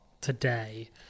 today